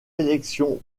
élections